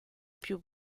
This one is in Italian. più